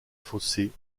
fossés